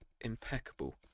impeccable